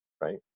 right